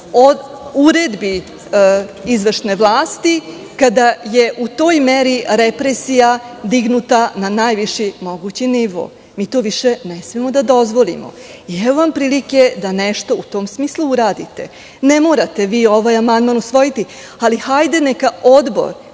uredbi izvršne vlasti, kada je u toj meri represija dignuta na najviši mogući nivo. Mi to više ne smemo da dozvolimo. Evo vam prilike da nešto u tom smislu uradite. Ne morati vi ovaj amandman usvojiti, ali hajde neka